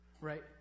Right